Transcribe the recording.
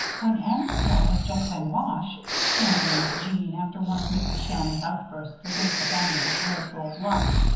when annie's hair has just been washed, championed jeanne, after one of mrs. shannon's outbursts against the family's red-gold locks,